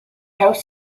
house